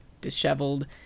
disheveled